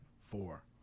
four